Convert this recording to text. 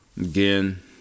again